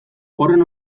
horren